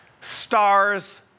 Stars